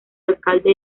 alcalde